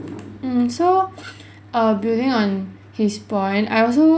mm so err building on his point I also